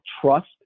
trust